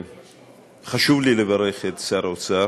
חשוב לי לברך את שר האוצר,